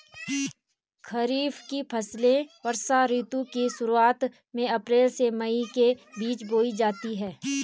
खरीफ की फसलें वर्षा ऋतु की शुरुआत में, अप्रैल से मई के बीच बोई जाती हैं